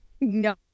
No